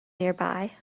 nearby